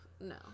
No